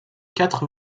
quatre